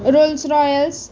Rolls Royals